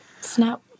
Snap